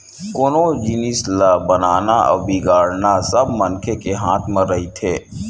कोनो जिनिस ल बनाना अउ बिगाड़ना सब मनखे के हाथ म रहिथे